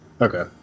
okay